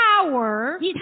power